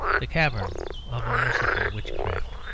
the cavern of a merciful witchcraft.